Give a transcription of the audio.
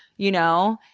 you know?